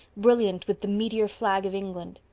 brilliant with the meteor flag of england.